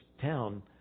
town